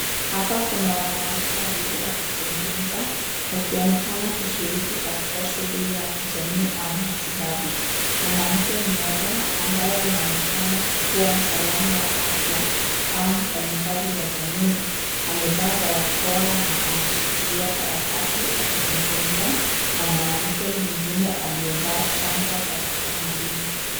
Hapa kuna wanawake wawili wakizungumza wakionekana kushiriki katika shughuli ya kijamii au matibabu. Mwanamke mmoja ambaye anaonekana kuwa mtaalamu wa afya au mfanyakazi wa jamii amevaa barakoa na anashikilia karatasi akizungumza na mwanamke mwingine aliyevaa shanga za kitamaduni.